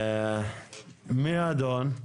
מי האדון?